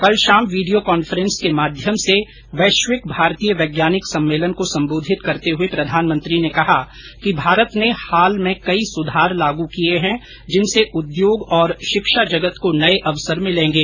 कल शाम video conference के माध्यम से वैश्विक भारतीय वैज्ञानिक सम्मेलन को संबोधित करते हुए प्रधानमंत्री ने कहा कि भारत ने हाल में कई सुधार लागू किए हैं जिनसे उद्योग और शिक्षाजगत को नए अवसर मिलेंगे